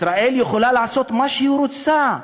ישראל יכולה לעשות מה שהיא רוצה,